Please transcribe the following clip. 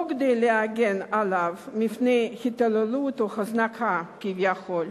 לא כדי להגן עליו מפני התעללות או הזנחה כביכול,